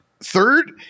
Third